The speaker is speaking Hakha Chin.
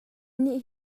nih